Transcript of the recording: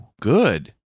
good